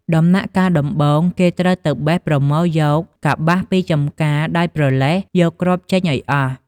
ដំណាក់កាលដំបូងគេត្រូវទៅបេះប្រមូលយកកប្បាសពីចម្ការ ដោយប្រឡេះយកគ្រាប់ចេញឲ្យអស់។